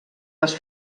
les